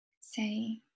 Say